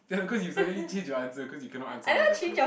cannot cause you suddenly change your answer cause you cannot answer my question